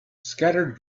scattered